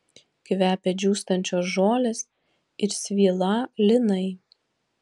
kvepia džiūstančios žolės ir svylą linai